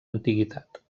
antiguitat